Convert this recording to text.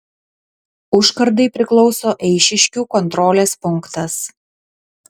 užkardai priklauso eišiškių kontrolės punktas